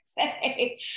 say